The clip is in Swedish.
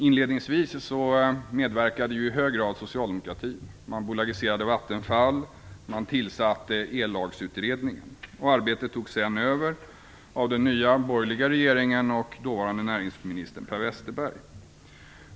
Inledningsvis medverkade i hög grad socialdemokratin. Man bolagiserade Vattenfall, och man tillsatte Ellagsutredningen. Arbetet togs sedan över av den nya borgerliga regeringen och dåvarande näringsminister Per Westerberg.